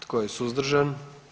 Tko je suzdržan?